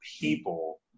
people